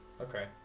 okay